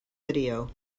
video